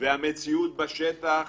והמציאות בשטח